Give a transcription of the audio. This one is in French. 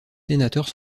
sénateurs